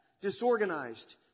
disorganized